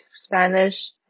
spanish